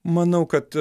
manau kad